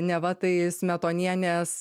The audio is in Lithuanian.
neva tai smetonienės